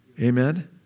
amen